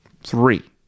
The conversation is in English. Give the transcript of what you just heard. Three